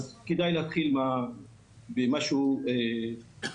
אז כדאי להתחיל במשהו ראשוני,